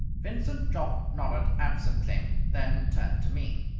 vincent jopp nodded absently, then turned to me.